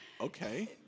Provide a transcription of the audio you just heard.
Okay